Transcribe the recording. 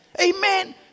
Amen